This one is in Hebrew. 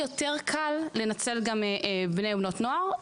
לכן, יותר קל לנצל גם את בני ובנות הנוער.